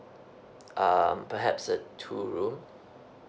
um perhaps a two room